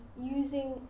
using